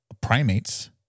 primates